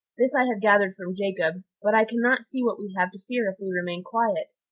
this i have gathered from jacob but i can not see what we have to fear if we remain quiet.